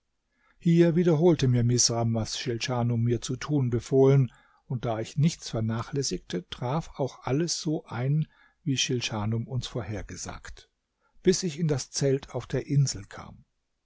hier wiederholte mir misram was schilschanum mir zu tun befohlen und da ich nichts vernachlässigte traf auch alles so ein wie schilschanum uns vorhergesagt bis ich in das zelt auf der insel kam